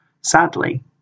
Sadly